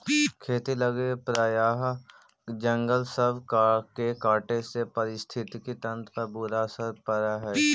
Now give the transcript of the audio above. खेती लागी प्रायह जंगल सब के काटे से पारिस्थितिकी तंत्र पर बुरा असर पड़ हई